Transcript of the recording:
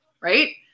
right